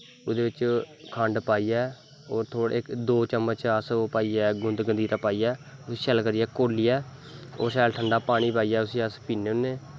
ओह्दे च खंड पाइयै दो चमच अस गुंद गंदीरा पाइयै उस्सी शैल करियै घोलियै ओह् शैल ठंडा पानी पाइयै अस पीन्ने होन्ने